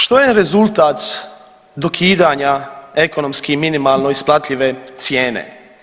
Što je rezultat dokidanja ekonomski minimalno isplative cijene?